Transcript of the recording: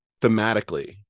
thematically